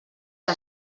que